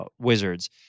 wizards